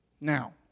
Now